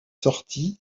sorties